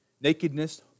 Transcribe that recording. nakedness